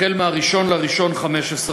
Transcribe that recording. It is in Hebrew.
החל מ-1 בינואר 2015,